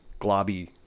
globby